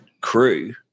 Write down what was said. crew